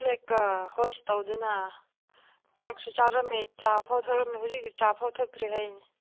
ꯐ꯭ꯂꯦꯛꯀ ꯍꯣꯁ ꯇꯧꯗꯨꯅ ꯆꯥꯛꯁꯨ ꯆꯥꯔꯝꯃꯦ ꯆꯥ ꯐꯥꯎ ꯊꯛꯂꯝꯃꯦ ꯍꯧꯖꯤꯛꯇꯤ ꯆꯥ ꯐꯥꯎ ꯊꯛꯇ꯭ꯔꯦ ꯍꯥꯏꯅꯦ